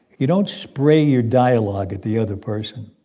you don't spray your dialogue at the other person.